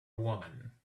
woman